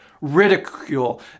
ridicule